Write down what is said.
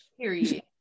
period